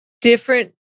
different